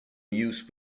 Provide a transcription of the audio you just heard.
use